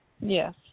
Yes